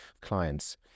clients